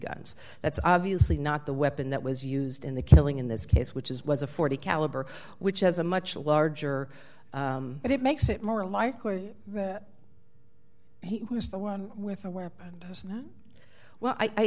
guns that's obviously not the weapon that was used in the killing in this case which is was a forty caliber which has a much larger but it makes it more likely that he was the one with a weapon as well i